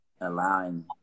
allowing